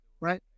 Right